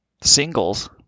Singles